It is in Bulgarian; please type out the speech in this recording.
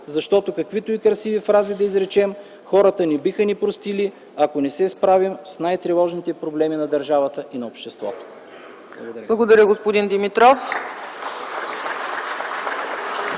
защото каквито и красиви фрази да изречем, хората не биха ни простили, ако не се справим с най-тревожните проблеми на държавата и на обществото. Благодаря ви.